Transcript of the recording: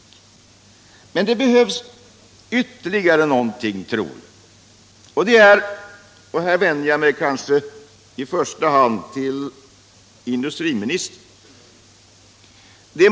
Men jag tror att det behövs vtterligare någonting, och här vänder jag mig i första hand till industriministern.